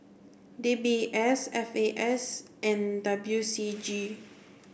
D B S F A S and W C G